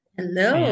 Hello